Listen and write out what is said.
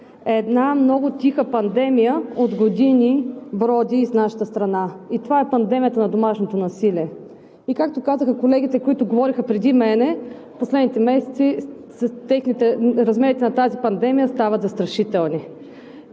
Една много тиха пандемия от години броди из нашата страна и това е пандемията на домашното насилие. И, както казаха колегите, които говориха преди мен, в последните месеци размерите на тази пандемия стават застрашителни.